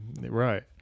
Right